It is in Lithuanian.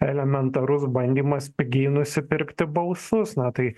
elementarus bandymas pigiai nusipirkti balsus na tai